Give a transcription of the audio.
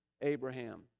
abraham